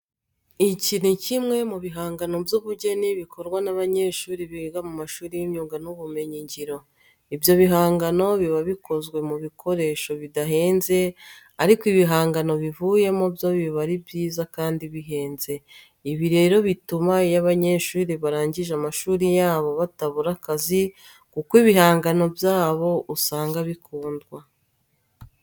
Iki ni kimwe mu bihangano by'ubugeni bikorwa n'abanyeshuri biga mu mashuri y'imyuga n'ibumenyingiro. Ibyo bihangano biba bikozwe mu bikoresho bidahenze ariko ibihangano bivuyemo byo biba ari byiza kandi bihenze. Ibi rero bituma iyo aba banyeshuri barangije amashuri yabo batabura akazi kuko ibihangano byabo usanga bikundwa.